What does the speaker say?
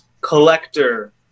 collector